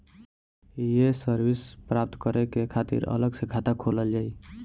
ये सर्विस प्राप्त करे के खातिर अलग से खाता खोलल जाइ?